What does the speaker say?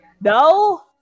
No